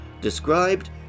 described